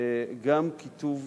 גם כיתוב